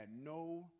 no